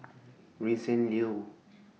Vincent Leow